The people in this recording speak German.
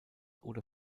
oder